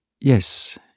Yes